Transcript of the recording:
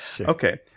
Okay